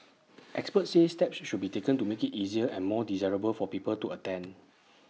experts say steps should be taken to make IT easier and more desirable for people to attend